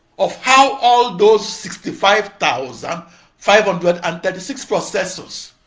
of how all those sixty five thousand five hundred and thirty six processors